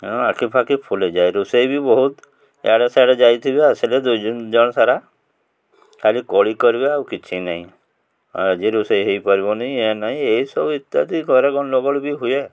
ହଁ ଆଖି ଫାଖି ଫୁଲିଯାଏ ରୋଷେଇ ବି ବହୁତ ଏଆଡ଼େ ସିଆଡ଼େ ଯାଇଥିବେ ଆସିଲେ ଦୁଇ ଜଣ ସାରା ଖାଲି କଳି କରିବେ ଆଉ କିଛି ନାହିଁ ଆଜି ରୋଷେଇ ହୋଇପାରିବନି ଏ ନାହିଁ ଏଇସବୁ ଇତ୍ୟାଦି ଘରେ କ'ଣ ନଗଡ଼ ବି ହୁଏ